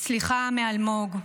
סליחה מאלמוג,